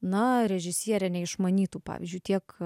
na režisierė neišmanytų pavyzdžiui tiek